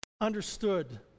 understood